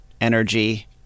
energy